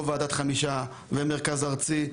לא ועדת חמישה ולא המרכז הארצי,